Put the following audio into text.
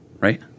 Right